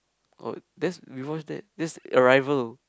oh that's we watched that that's arrival